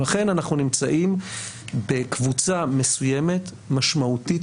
לכן אנחנו נמצאים בקבוצה מסוימת משמעותית